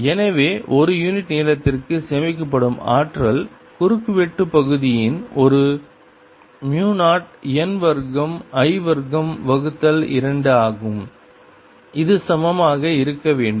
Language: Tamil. எனவே ஒரு யூனிட் நீளத்திற்கு சேமிக்கப்படும் ஆற்றல் குறுக்கு வெட்டு பகுதியின் ஒரு மு 0 n வர்க்கம் I வர்க்கம் வகுத்தல் 2 ஆகும் இது சமமாக இருக்க வேண்டும்